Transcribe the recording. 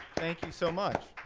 thank you so much.